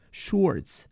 shorts